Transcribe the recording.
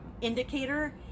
indicator